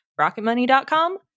Rocketmoney.com